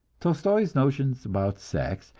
tolstoi's notions about sex,